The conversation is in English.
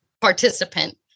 participant